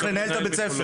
צריך לנהל את בית הספר.